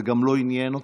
זה גם לא עניין אותי.